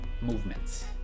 movements